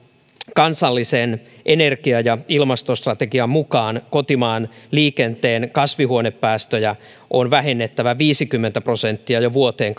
kansallisen energia ja ilmastostrategian mukaan kotimaan liikenteen kasvihuonepäästöjä on vähennettävä viisikymmentä prosenttia jo vuoteen